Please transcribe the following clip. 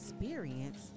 experience